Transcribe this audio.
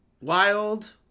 wild